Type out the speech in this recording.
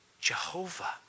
Jehovah